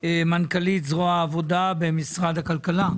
מנכ"לית זרוע העבודה במשרד הכלכלה.